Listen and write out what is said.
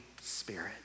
Spirit